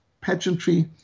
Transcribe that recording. pageantry